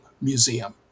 Museum